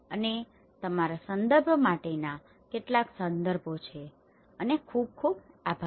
અને આ તમારા સંદર્ભ માટેના કેટલાક સંદર્ભો છે અને ખૂબ આભાર